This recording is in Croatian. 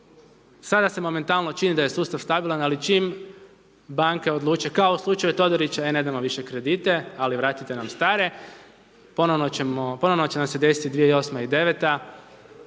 Sada se momentalno čini da je sustav stabilan, ali čim banke odluče, kao u slučaju Todorić, e ne damo više kredite, ali vratite nam stare, ponovno će nam se desiti 2008. i 9.